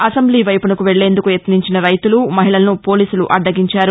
assembly వైపునకు వెళ్ళేందుకు యత్నించిస రైతులు మహిళలను పోలీసులు అద్దగించారు